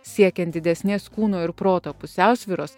siekiant didesnės kūno ir proto pusiausvyros